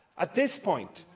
at this point,